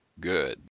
good